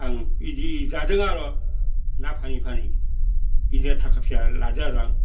आं बिदि जादों आर' ना फानै फानै बिदिया थाखा फैसा लादों आरो आं